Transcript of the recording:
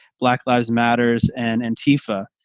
black lives matters and and tifa.